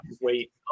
wait